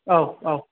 औ औ